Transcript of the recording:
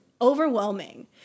overwhelming